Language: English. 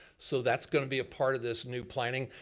so that's gonna be a part of this new planning,